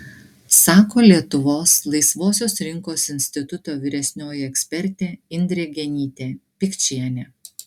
sako lietuvos laisvosios rinkos instituto vyresnioji ekspertė indrė genytė pikčienė